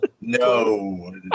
no